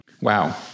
Wow